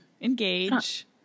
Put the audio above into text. engage